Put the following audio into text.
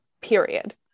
period